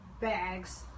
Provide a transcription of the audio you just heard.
bags